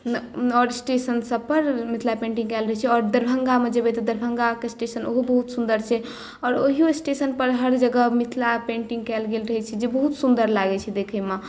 आओर स्टेशन सभ पर मिथिला पेन्टिंग कयल रहै छै आओर दरभङ्गामे जेबै तऽ दरभङ्गाकेँ स्टेशन ओहो बहुत सुन्दर छै आओर ओहियो स्टेशन पर हर जगह मिथिला पेन्टिंग कयल गेल रहै छै जे बहुत सुन्दर लगै छै देखैमे